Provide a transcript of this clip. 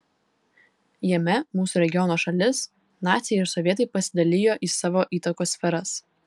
jame mūsų regiono šalis naciai ir sovietai pasidalijo į savo įtakos sferas